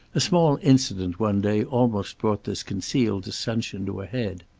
a small incident one day almost brought this concealed dissension to a head.